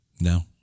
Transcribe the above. No